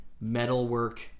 metalwork